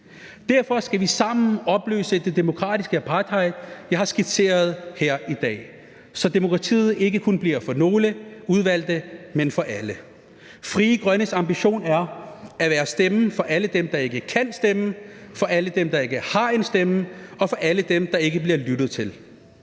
Derfor skal vi sammen opløse det demokratiske apartheid, jeg har skitseret her i dag, så demokratiet ikke kun bliver for nogle udvalgte, men for alle. Frie Grønnes ambition er at være stemmen for alle dem, der ikke kan stemme, for alle dem, der ikke har en stemme, og for alle dem, der ikke bliver lyttet til,